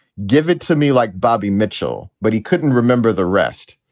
give it to me, like bobby mitchell. but he couldn't remember the rest.